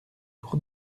pour